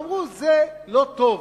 ואמרו: זה לא טוב